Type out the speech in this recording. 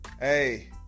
Hey